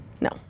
no